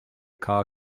car